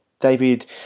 David